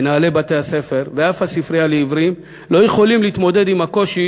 מנהלי בתי-הספר ואף הספרייה לעיוורים לא יכולים להתמודד עם הקושי